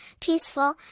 peaceful